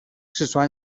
四川